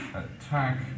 attack